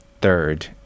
third